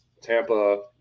Tampa